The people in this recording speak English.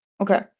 Okay